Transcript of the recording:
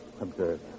Observe